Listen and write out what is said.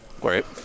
Great